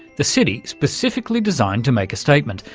the city specifically designed to make a statement,